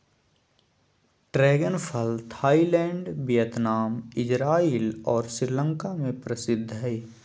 dragon फल Thailand Vietnam, Israel और श्रीलंका में प्रसिद्ध हइ